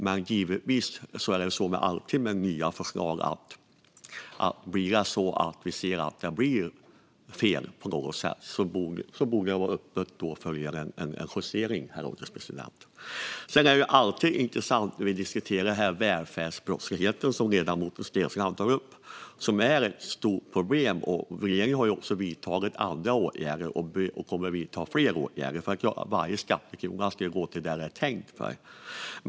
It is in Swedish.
Men naturligtvis får vi om det blir fel på något sätt, som det kan bli med nya förslag, vara öppna för en justering. Det är alltid intressant när vi diskuterar välfärdsbrottsligheten, som ledamoten Steensland tar upp. Den är ett stort problem, och regeringen har också vidtagit andra åtgärder och kommer att vidta fler åtgärder. Varje skattekrona ska gå till det den är tänkt för.